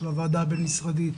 של הוועדה הבין משרדית,